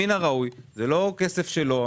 מן הראוי זה לא כסף שלו.